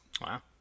Wow